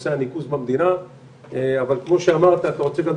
או שאתה מגיע למשרד הפנים ואתה לא מקבל תשובות?